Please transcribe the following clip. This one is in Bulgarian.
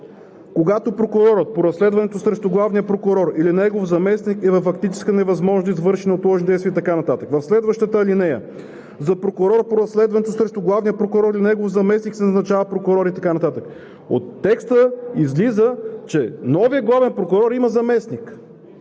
От текста излиза, че новият главен прокурор има заместник.